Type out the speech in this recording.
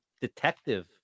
detective